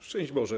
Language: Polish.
Szczęść Boże!